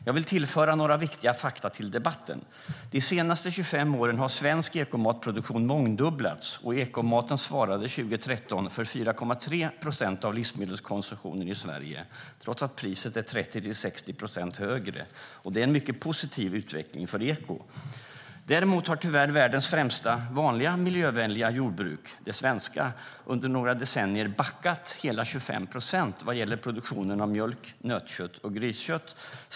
Jag vill tillföra några viktiga fakta till debatten. De senaste 25 åren har svensk ekomatsproduktion mångdubblats. Ekomaten svarade 2013 för 4,3 procent av livsmedelskonsumtionen i Sverige, trots att priset är 30-60 procent högre. Det är en mycket positiv utveckling för eko. Däremot har tyvärr världens främsta vanliga miljövänliga jordbruk, det svenska, under några decennier tyvärr backat hela 25 procent vad gäller produktionen av mjölk, nötkött och griskött.